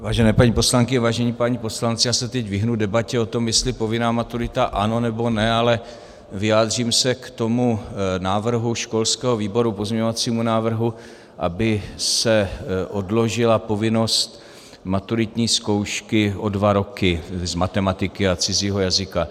Vážené paní poslankyně, vážení páni poslanci, já se teď vyhnu debatě o tom, jestli povinná maturita ano, nebo ne, ale vyjádřím se k tomu návrhu školského výboru, k pozměňovacímu návrhu, aby se odložila povinnost maturitní zkoušky o dva roky z matematiky a cizího jazyka.